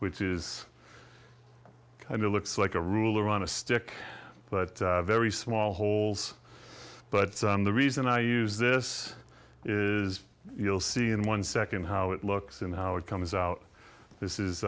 which is kind of looks like a ruler on a stick but very small holes but the reason i use this is you'll see in one second how it looks and how it comes out this